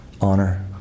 honor